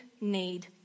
need